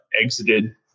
exited